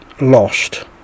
lost